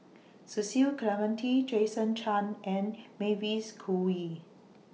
Cecil Clementi Jason Chan and Mavis Khoo Oei